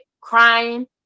crying